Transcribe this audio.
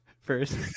first